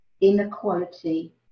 inequality